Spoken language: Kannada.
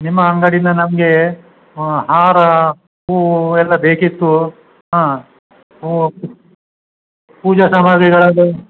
ನಿಮ್ಮ ಅಂಗಡಿಯಿಂದ ನಮ್ಗೆ ಹಾರ ಹೂವು ಎಲ್ಲ ಬೇಕಿತ್ತು ಹಾಂ ಹೂವು ಪೂಜಾ ಸಾಮಾಗ್ರಿಗಳದ್ದು